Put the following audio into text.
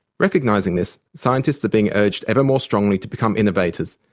recognising this, scientists are being urged ever more strongly to become innovators,